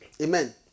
Amen